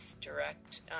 direct